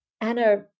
Anna